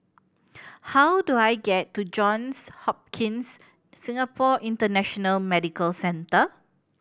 how do I get to Johns Hopkins Singapore International Medical Centre